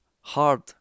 hard